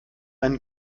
einen